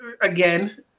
again